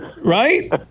Right